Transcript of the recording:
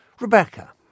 Rebecca